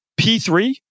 P3